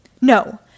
No